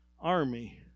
army